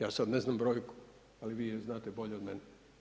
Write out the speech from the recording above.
Ja sad ne znam brojku, ali vi je znate bolje od mene.